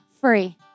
free